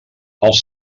als